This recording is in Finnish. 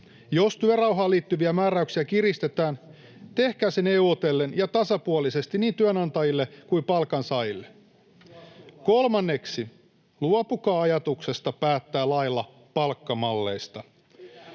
Jos työrauhaan liittyviä määräyksiä kiristetään, tehkää se neuvotellen ja tasapuolisesti niin työnantajille kuin palkansaajille. Kolmanneksi, luopukaa ajatuksesta päättää lailla palkkamalleista.